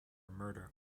murder